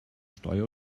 steuer